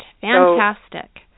Fantastic